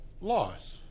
loss